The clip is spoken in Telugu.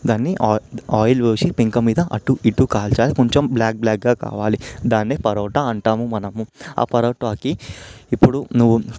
దాన్ని ఆయిల్ ఆయిల్ పోసి పెంక మీద అటు ఇటు కాల్చాలి కొంచెం బ్లాక్ బ్లాక్గా రావాలి దాన్ని పరోటా అంటాము మనము ఆ పరోటాకి ఇప్పుడు నువ్వు